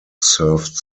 served